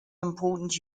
important